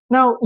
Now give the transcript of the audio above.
Now